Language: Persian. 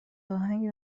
اهنگی